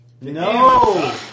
No